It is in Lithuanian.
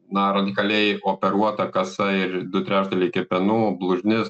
na radikaliai operuota kasa ir du trečdaliai kepenų blužnis